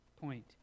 point